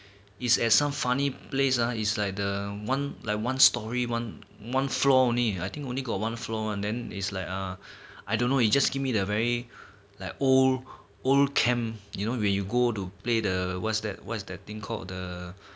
is at some funny place ah is like the one like one story one one floor only I think only got one floor and then is like err I don't know you just give me a very like old old camp you know when you go to play the what's that what's that thing called the